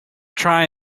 try